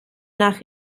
nach